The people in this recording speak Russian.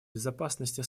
безопасности